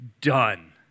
done